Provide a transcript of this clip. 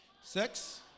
Sex